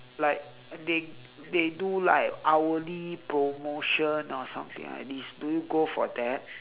like they they do like hourly promotion or something like this do you go for that